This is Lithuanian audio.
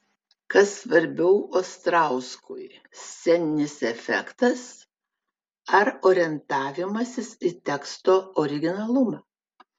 kas svarbiau ostrauskui sceninis efektas ar orientavimasis į teksto originalumą